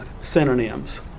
synonyms